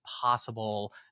possible